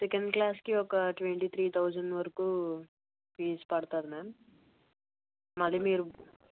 second క్లాస్కి ఒక twenty three thousand వరకు ఫీజు పడుతుంది మ్యామ్ మళ్ళీ మీరు